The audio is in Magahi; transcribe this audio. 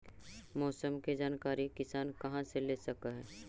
मौसम के जानकारी किसान कहा से ले सकै है?